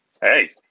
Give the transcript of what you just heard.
Hey